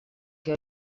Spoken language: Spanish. que